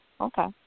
Okay